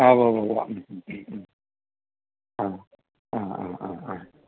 ആ ഊവ്വുവ്വുവ്വ് ഉം ഉം ഉം ആ ആ ആ ആ ആ